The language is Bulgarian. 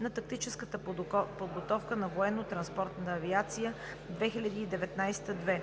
на тактическата подготовка на военнотранспортна авиация 2019 г. – 2.“